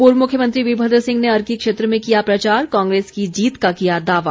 पूर्व मुख्यमंत्री वीरभद्र सिंह ने अर्की क्षेत्र में किया प्रचार कांग्रेस की जीत का किया दावा